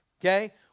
okay